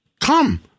come